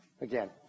again